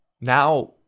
Now